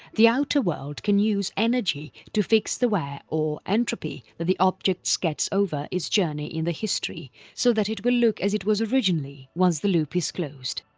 the outer world can use energy to fix the wear or entropy that the objects gets over its journey in the history, so that it will look as it was originally once the loop is closed.